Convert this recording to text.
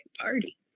party